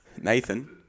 Nathan